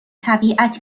طبیعت